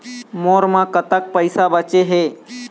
मोर म कतक पैसा बचे हे?